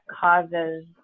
causes